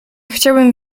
chciałem